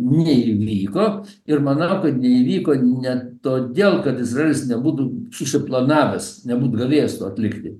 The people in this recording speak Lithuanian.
neįvyko ir manau kad neįvyko ne todėl kad izraelis nebūtų susiplanavęs nebūt galėjęs to atlikti